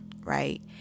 right